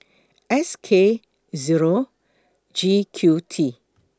S K Zero G Q T